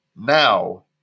Now